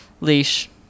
leash